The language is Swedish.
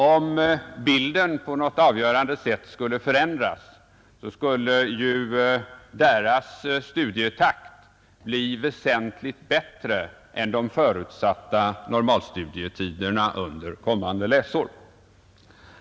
Om bilden på något avgörande sätt skulle förändras, skulle ju deras studietakt bli väsentligt bättre än de förutsatta normalstudietiderna under kommande läsår.